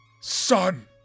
Son